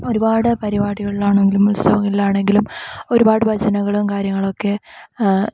ഒരുപാട് പരുപാടികളിലാണെങ്കിലും ഉത്സവങ്ങളിലാണെങ്കിലും ഒരുപാട് ഭജനകളും കാര്യങ്ങളൊക്കെ